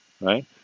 right